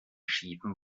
schiefen